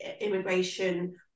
immigration